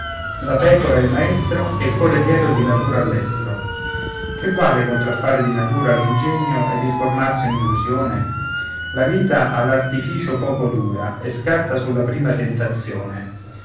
la pecora e il maestro e corre dietro di natura all'estro che vale contraffare di natura l'ingegno ed il formarsi un'illusione la vita all'artificio poco dura e scatta sulla prima tentazione